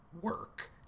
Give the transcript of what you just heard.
work